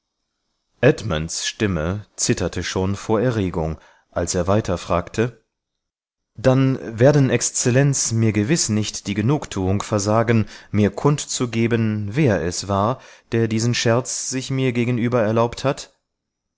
edmunds stimme zitterte schon vor erregung als er weiter fragte dann werden exzellenz mir gewiß nicht die genugtuung versagen mir kundzugeben wer es war der diesen scherz sich mir gegenüber erlaubt hat